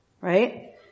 Right